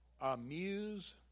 amuse